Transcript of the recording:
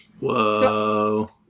Whoa